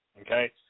okay